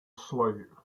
slave